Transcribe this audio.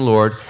Lord